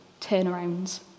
turnarounds